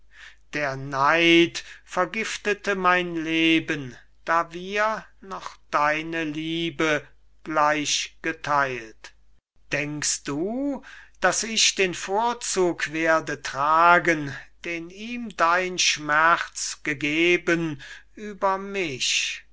geist der neid vergiftete mein leben da wir noch deine liebe gleich getheilt denkst du daß ich den vorzug werde tragen den ihm dein schmerz gegeben über mich